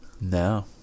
No